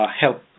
help